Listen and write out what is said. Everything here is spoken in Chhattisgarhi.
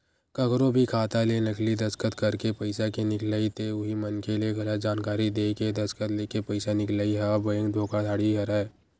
कखरो भी खाता ले नकली दस्कत करके पइसा के निकलई ते उही मनखे ले गलत जानकारी देय के दस्कत लेके पइसा निकलई ह बेंक धोखाघड़ी हरय